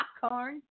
popcorn